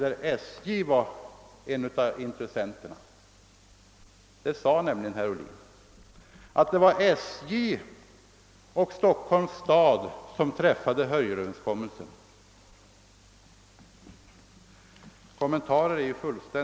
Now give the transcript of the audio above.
Herr Ohlin sade nämligen att det var SJ och Stockholms stad som träffade Hörjelöverenskommelsen.